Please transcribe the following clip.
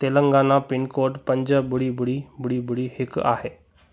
Telangana pin code पंज ॿुड़ी ॿुड़ी ॿुड़ी ॿुड़ी हिकु आहे